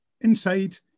Inside